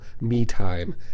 me-time